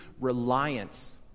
reliance